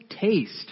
taste